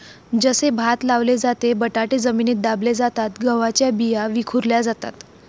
जसे भात लावले जाते, बटाटे जमिनीत दाबले जातात, गव्हाच्या बिया विखुरल्या जातात